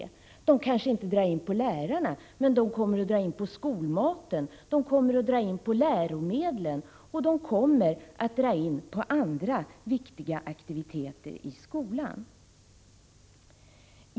De kommer kanske inte att dra in på lärarna, men de kommer att dra in på skolmaten, på läromedel eller på andra viktiga aktiviteter i skolan.